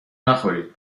نخورید